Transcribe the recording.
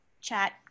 chat